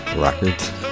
Records